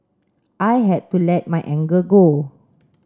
I had to let my anger go